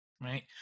right